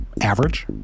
average